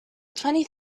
twenty